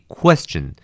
question